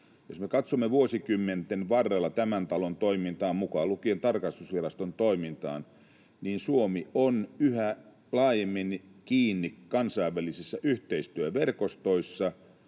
Jos me katsomme vuosikymmenten varrella tämän talon toimintaa mukaan lukien tarkastusviraston toiminta, niin Suomi on yhä laajemmin kiinni kansainvälisissä yhteistyöverkostoissa,